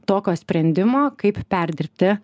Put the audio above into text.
tokio sprendimo kaip perdirbti